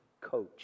coach